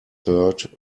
third